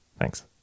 Thanks